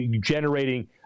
generating